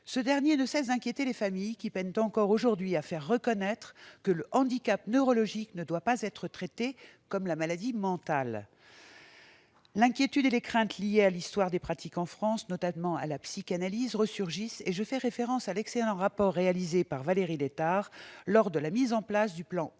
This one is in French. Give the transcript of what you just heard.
Ce dernier point ne laisse pas d'inquiéter les familles, qui peinent encore aujourd'hui à faire reconnaître que le handicap neurologique ne doit pas être traité comme la maladie mentale. L'inquiétude et les craintes liées à l'histoire des pratiques en France, notamment le recours à la psychanalyse, resurgissent : je me réfère à l'excellent rapport élaboré par Valérie Létard en vue de la mise en place du plan